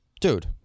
Dude